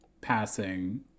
passing